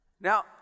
Now